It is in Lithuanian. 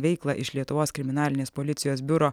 veiklą iš lietuvos kriminalinės policijos biuro